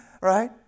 Right